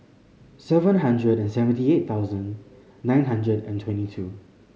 seven hundred and seventy eight thousand nine hundred and twenty two